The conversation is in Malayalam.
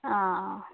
ആ ആ